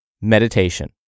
meditation